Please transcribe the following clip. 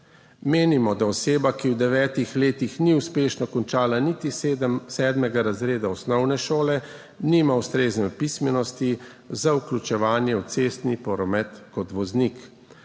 Menimo, da oseba, ki v devetih letih ni uspešno končala niti sedmega razreda osnovne šole, nima ustrezne pismenosti za vključevanje v cestni promet kot voznik,